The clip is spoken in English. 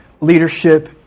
leadership